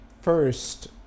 first